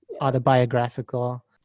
autobiographical